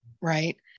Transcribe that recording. right